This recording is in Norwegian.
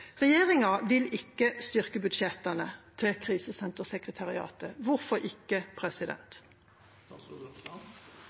Regjeringa vil ikke styrke budsjettene til Krisesentersekretariatet. Hvorfor ikke?